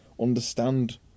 understand